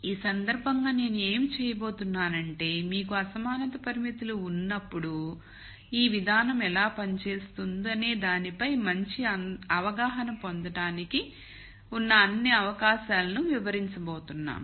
ఈ సందర్భంలో నేను ఏమి చేయబోతున్నానంటే మీకు అసమానత పరిమితులు ఉన్నప్పుడు ఈ విధానం ఎలా పనిచేస్తుందనే దానిపై మంచి అవగాహన పొందడానికి మీకు అన్ని అవకాశాలను వివరించబోతున్నాం